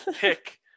pick